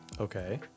Okay